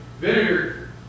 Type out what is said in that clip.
Vinegar